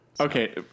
Okay